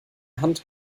hand